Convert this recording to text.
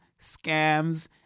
scams